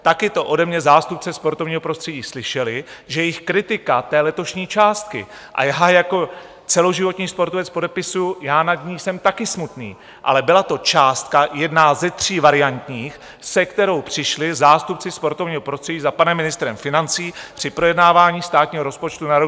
Taky to ode mě zástupci sportovního prostředí slyšeli, že jejich kritika letošní částky, a já jako celoživotní sportovec podepisuji, já nad ní jsem taky smutný, ale byla to částka jedna ze tří variantních, se kterou přišli zástupci sportovního prostředí za panem ministrem financí při projednávání státního rozpočtu na rok 2022.